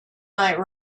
might